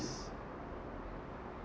~s